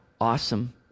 awesome